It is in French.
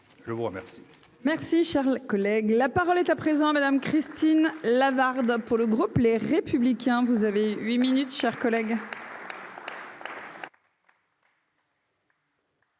je vous remercie. Merci, Charles, collègue, la parole est à présent à Madame Christine Lavarde pour le groupe Les Républicains, vous avez 8 minutes chers collègues.